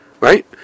Right